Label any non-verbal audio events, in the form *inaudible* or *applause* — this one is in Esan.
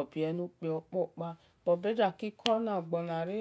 obie no kpio kpa bhe gia gi kona *noise* gbonre